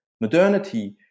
modernity